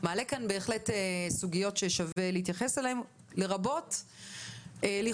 מעלה כאן בהחלט סוגיות ששווה להתייחס אליהן לרבות לכאורה